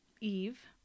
eve